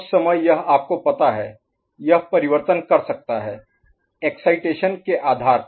उस समय यह आपको पता है यह परिवर्तन कर सकता है एक्साइटेशन के आधार पर